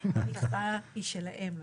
בבקשה, אפרת.